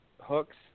hooks